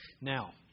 Now